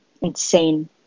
insane